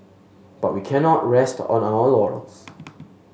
but we cannot rest on our laurels